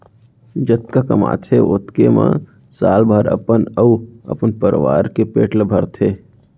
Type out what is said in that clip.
जतका कमाथे ओतके म साल भर अपन अउ अपन परवार के पेट ल भरथे